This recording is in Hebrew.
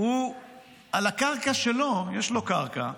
על הקרקע שלו, יש לו קרקע,